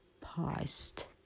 past